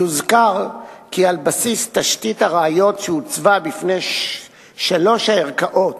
יוזכר כי על בסיס תשתית הראיות שהוצבה בפני שלוש הערכאות